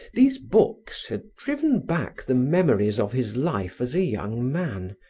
these books had driven back the memories of his life as a young man,